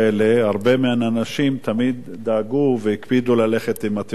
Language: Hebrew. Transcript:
הרבה מהאנשים תמיד דאגו והקפידו ללכת עם התעודות האלה.